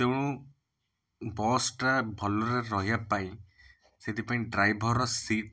ତେଣୁ ବସ୍ଟା ଭଲରେ ରହିବା ପାଇଁ ସେଇଥିପାଇଁ ଡ୍ରାଇଭରର ସିଟ୍